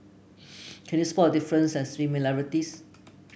can you spot the differences and similarities